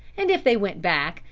and if they went back,